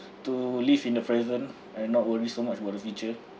to live in the present and not worry so much about the future